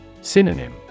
Synonym